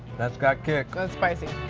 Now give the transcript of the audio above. that's got kick. it's spicy.